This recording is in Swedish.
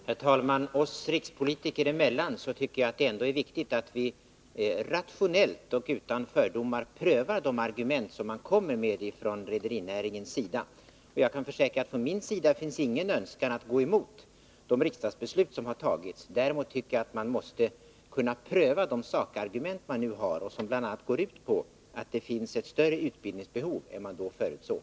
Herr talman! Oss rikspolitiker emellan tycker jag att det är viktigt att vi rationellt och utan fördomar prövar de argument som man kommer med från rederinäringens sida. Jag kan försäkra att jag inte har någon önskan att gå emot de riksdagsbeslut som har fattats. Däremot tycker jag att vi måste kunna pröva de sakargument som näringen har och som bl.a. går ut på att det finns ett större utbildningsbehov än man tidigare förutsåg.